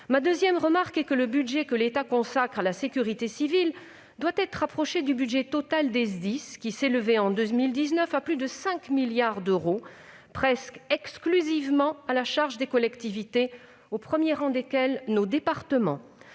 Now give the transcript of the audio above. ma deuxième remarque, le budget que l'État consacre à la sécurité civile doit être rapproché du budget global des SDIS, qui s'élevait, en 2019, à plus de 5 milliards d'euros, presque exclusivement à la charge des collectivités, au premier rang desquelles se trouvent